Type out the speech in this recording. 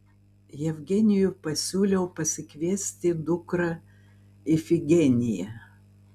jevgenijui pasiūliau pasikviesti dukrą ifigeniją